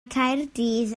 caerdydd